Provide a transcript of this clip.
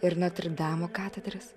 ir notrdamo katedras